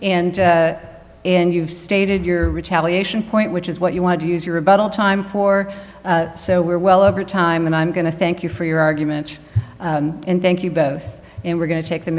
and and you've stated your retaliation point which is what you want to use your about all time for so we're well over time i'm and i'm going to thank you for your argument and thank you both and we're going to take the